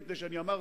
ואמרתי,